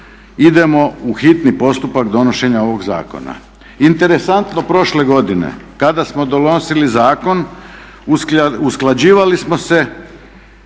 idemo u hitni postupak donošenja ovoga zakona. Interesantno prošle godine kada smo donosili zakon usklađivali smo se,